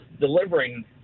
delivering